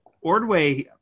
Ordway